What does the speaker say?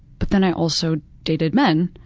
but then i also dated men,